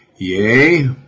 Yea